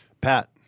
Pat